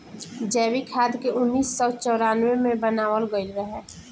जैविक खाद के उन्नीस सौ चौरानवे मे बनावल गईल रहे